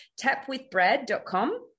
tapwithbrad.com